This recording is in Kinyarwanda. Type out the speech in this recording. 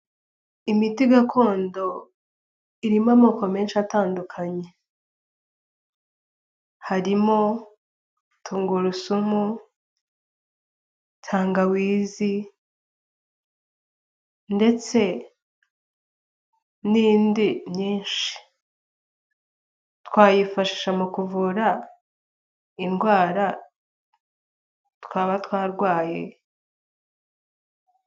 Imiti gakondo irimo amoko menshi atandukanye harimo tungurusumu, tangawizi ndetse n'indi nyinshi twayifashisha mu kuvura indwara twaba twarwaye.